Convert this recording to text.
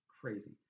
crazy